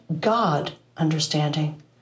God-understanding